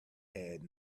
had